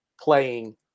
playing